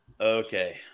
Okay